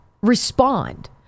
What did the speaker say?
respond